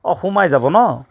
অ' সোমাই যাব ন